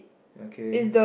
okay